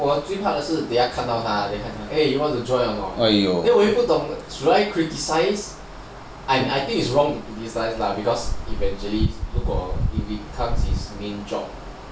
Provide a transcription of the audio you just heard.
我最怕的是等一下看到他 then he like eh want to join or not then 我又不懂 should I criticise I think is like wrong lah cause eventually if it becomes his main job